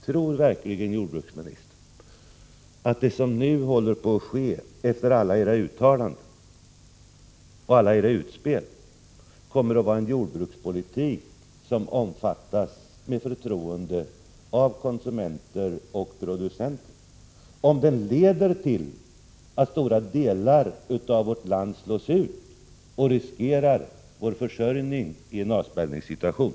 Tror verkligen jordbruksministern att det som nu håller på att ske efter alla era uttalanden och utspel innebär en jordbrukspolitik, som omfattas med förtroende av både konsumenter och producenter, när den leder till att stora delar av vårt land slås ut och äventyrar vår försörjning i en avspärrningssituation?